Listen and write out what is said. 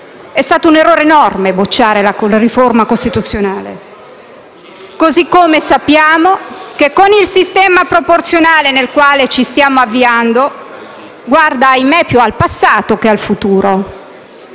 È stato un errore enorme bocciare la riforma costituzionale, così come sappiamo che il sistema proporzionale nel quale ci stiamo avviando guarda - ahimè - più al passato che al futuro.